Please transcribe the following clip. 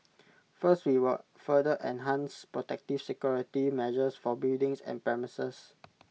first we will further enhance protective security measures for buildings and premises